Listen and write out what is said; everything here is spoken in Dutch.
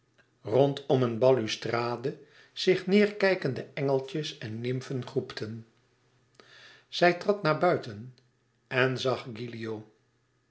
rondom een balustrade zich neêrkijkende engeltjes en nimfen groepten zij trad naar buiten en zag gilio